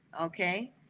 okay